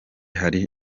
hari